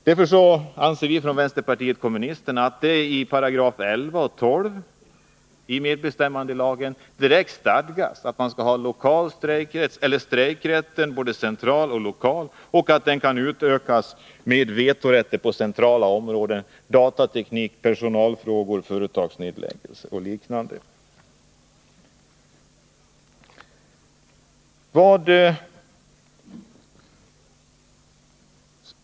Därför anser vi från vänsterpartiet kommunisterna att det i paragraferna 11 och 12 i medbestämmandelagen bör direkt stadgas att det skall finnas strejkrätt både centralt och lokalt och att den rätten kan utökas med vetorätt på centrala områden som datateknik, personalfrågor och företagsnedlägningar.